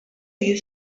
you